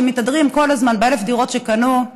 שמתהדרים כל הזמן ב-1,000 דירות שקנו,